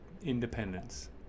independence